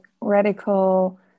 radical